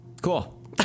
cool